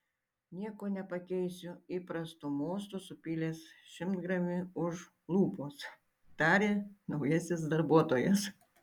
nieko nepakeisiu įprastu mostu supylęs šimtgramį už lūpos tarė naujasis darbuotojas